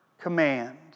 command